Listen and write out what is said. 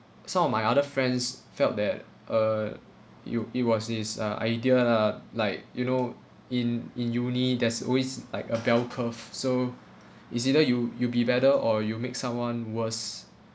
some of my other friends felt that uh it w~ it was his uh idea lah like you know in in uni there's always like a bell curve so it's either you you'd be better or you make someone worse